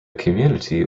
community